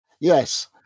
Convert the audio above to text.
Yes